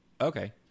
Okay